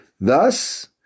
Thus